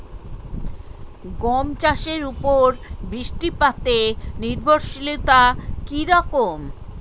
গম চাষের উপর বৃষ্টিপাতে নির্ভরশীলতা কী রকম?